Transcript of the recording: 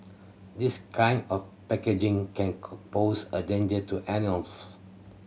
this kind of packaging can pose a danger to animals